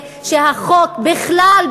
שהחוק בכלל,